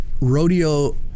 rodeo